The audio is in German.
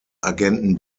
agenten